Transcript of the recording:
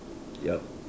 yup